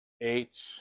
eight